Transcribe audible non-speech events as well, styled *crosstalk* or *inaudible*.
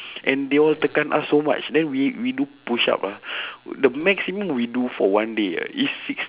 *breath* and they all tekan us so much then we we do push up ah *breath* the maximum we do for one day ah is six~